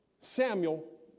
Samuel